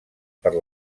per